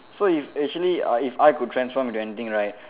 so it's actually uh if I could transform into anything right